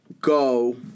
go